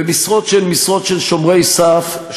במשרות שהן משרות של שומרי סף,